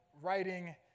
writing